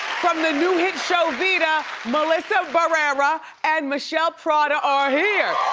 from the new hit show vida, melissa barrera and mishel prada are here.